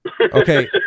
Okay